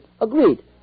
Agreed